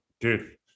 dude